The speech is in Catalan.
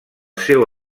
seu